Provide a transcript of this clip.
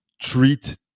treat